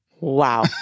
Wow